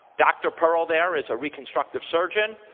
dr. pearl there is a reconstructive surgeon.